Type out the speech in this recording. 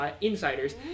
insiders